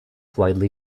widely